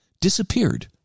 disappeared